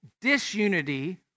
disunity